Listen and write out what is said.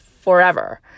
forever